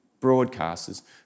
broadcasters